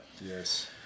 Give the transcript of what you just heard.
Yes